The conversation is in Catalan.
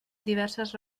diverses